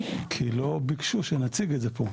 כי לא ביקשו שנציג את זה פה.